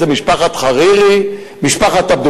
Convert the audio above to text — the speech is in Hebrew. למען פמיניזם ולמען ההסכמות הפמיניסטיות